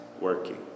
working